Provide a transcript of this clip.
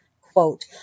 Quote